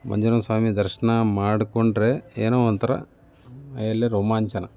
ಮಂಜುನಾಥ ಸ್ವಾಮಿ ದರ್ಶನ ಮಾಡ್ಕೊಂಡ್ರೆ ಏನೋ ಒಂಥರ ಮೈಯ್ಯಲ್ಲಿ ರೋಮಾಂಚನ